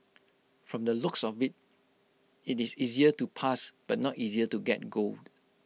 from the looks of IT it is easier to pass but not easier to get gold